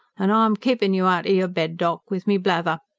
and i'm keepin' you outer your bed, doc, with me blather.